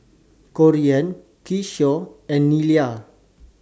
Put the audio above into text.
Corean Keyshawn and Nyla